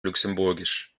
luxemburgisch